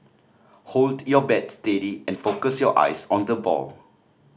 hold your bat steady and focus your eyes on the ball